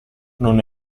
non